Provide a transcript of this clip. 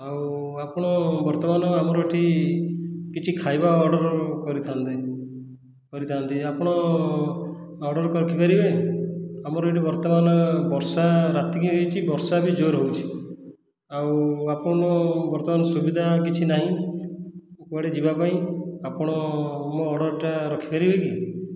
ଆଉ ଆପଣ ବର୍ତ୍ତମାନ ଆମର ଏଠି କିଛି ଖାଇବା ଅର୍ଡ଼ର କରିଥାନ୍ତେ କରିଥାନ୍ତି ଆପଣ ଅର୍ଡ଼ର ରଖିପାରିବେ ଆମର ଏଠି ବର୍ତ୍ତମାନ ବର୍ଷା ରାତିକି ହୋଇଛି ବର୍ଷା ବି ଜୋରରେ ହେଉଛି ଆଉ ଆପଣ ବର୍ତ୍ତମାନ ସୁବିଧା କିଛି ନାହିଁ କୁଆଡ଼େ ଯିବାପାଇଁ ଆପଣ ମୋ ଅର୍ଡ଼ରଟା ରଖିପାରିବେ କି